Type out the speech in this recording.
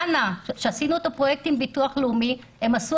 כשעשינו את הפרויקט עם ביטוח לאומי הם עשו